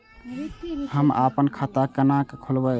हम आपन खाता केना खोलेबे?